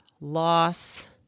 loss